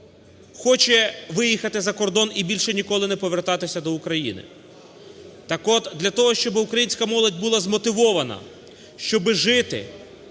хоче виїхати за кордон і більше ніколи не повертатися до України, так от для того, щоб українська молодь була змотивована, щоб жити,